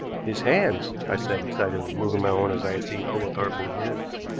his hands, i said excitedly, moving my own as i had seen oglethorpe move his.